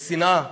בשנאה,